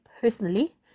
personally